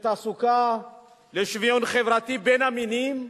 לתעסוקה ולשוויון חברתי בין המינים,